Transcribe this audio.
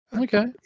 Okay